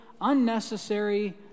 unnecessary